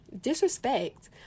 disrespect